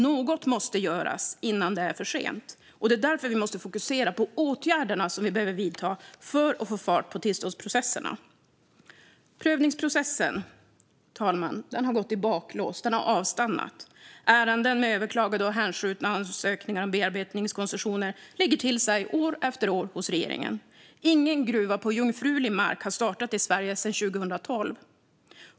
Något måste göras innan det är för sent, och det är därför vi måste fokusera på de åtgärder som vi behöver vidta för att få fart på tillståndsprocesserna. Prövningsprocessen har gått i baklås, fru talman. Den har avstannat. Ärenden med överklagade och hänskjutna ansökningar om bearbetningskoncessioner ligger år efter år till sig hos regeringen. Ingen gruva på jungfrulig mark har startat i Sverige sedan 2012.